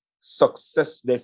success